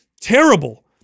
terrible